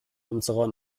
unserer